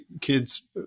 kids